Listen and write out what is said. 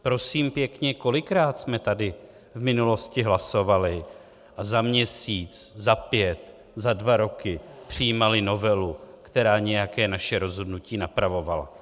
Prosím pěkně, kolikrát jsme tady v minulosti hlasovali a za měsíc, za pět, za dva roky přijímali novelu, která nějaké naše rozhodnutí napravovala?